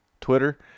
twitter